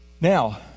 Now